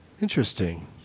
Interesting